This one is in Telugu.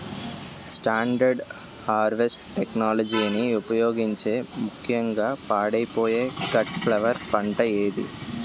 స్టాండర్డ్ హార్వెస్ట్ టెక్నాలజీని ఉపయోగించే ముక్యంగా పాడైపోయే కట్ ఫ్లవర్ పంట ఏది?